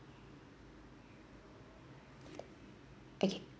okay